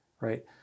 Right